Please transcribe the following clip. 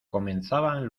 comenzaban